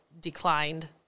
declined